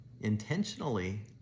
intentionally